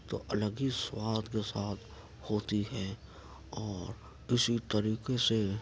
تو الگ ہی سواد کے ساتھ ہوتی ہے اور اسی طریقے سے